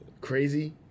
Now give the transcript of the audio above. Crazy